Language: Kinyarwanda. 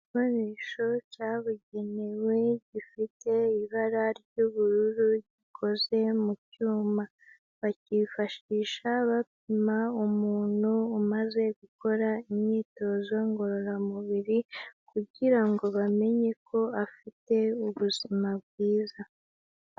Igikoresho cyabugenewe gifite ibara ry'ubururu rikoze mu cyuma, bakifashisha bapima umuntu umaze gukora imyitozo ngororamubiri kugira ngo bamenye ko afite ubuzima bwiza.